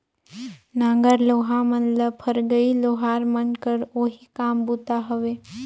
नांगर लोहा मन ल फरगई लोहार मन कर ओही काम बूता हवे